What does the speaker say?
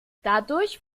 dadurch